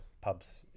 pubs